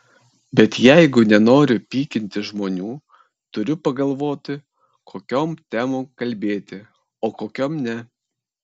bet jeigu nenoriu pykinti žmonių turiu pagalvoti kokiom temom kalbėti o kokiom ne